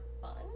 fun